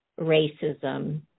racism